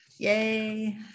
Yay